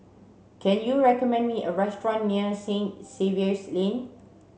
can you recommend me a restaurant near Saint Xavier's Lane